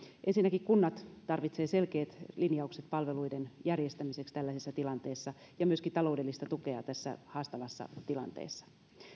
ensinnäkin kunnat tarvitsevat selkeät linjaukset palveluiden järjestämiseksi tällaisessa tilanteessa ja myöskin taloudellista tukea tässä haastavassa tilanteessa